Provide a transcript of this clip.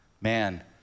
Man